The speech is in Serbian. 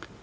Kažu